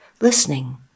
listening